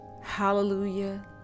hallelujah